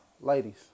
ladies